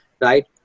right